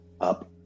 up